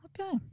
Okay